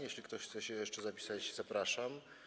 Jeśli ktoś chce się jeszcze zapisać, zapraszam.